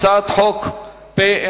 הצעת חוק פ/1740,